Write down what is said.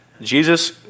Jesus